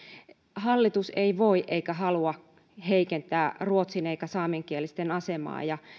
hallitus ei voi eikä halua heikentää ruotsin eikä saamenkielisten asemaa ja